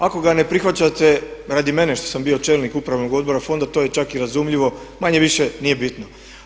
Ako ga ne prihvaćate radi mene što sam bio čelnik upravnog odbora fonda to je čak i razumljivo, manje-više nije bitno.